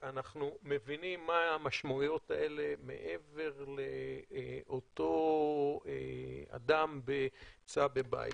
אנחנו מבינים מה המשמעויות האלה מעבר לאותו אדם שנמצא בבית.